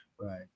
Right